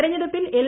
തെരഞ്ഞെടുപ്പിൽ എൽ